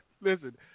Listen